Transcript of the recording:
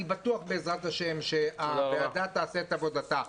בטוח בעזרת השם שהוועדה תעשה את עבודתה.